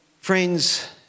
friends